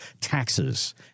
taxes